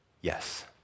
yes